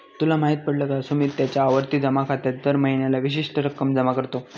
तुला माहित पडल का? सुमित त्याच्या आवर्ती जमा खात्यात दर महीन्याला विशिष्ट रक्कम जमा करतो